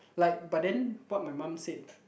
like but then what my mum said